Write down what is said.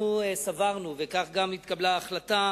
אנחנו סברנו, וכך גם התקבלה החלטה,